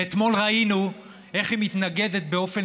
ואתמול ראינו איך היא מתנגדת באופן